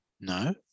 No